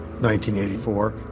1984